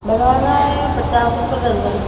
بنانا ہے پچاس روپیہ درجن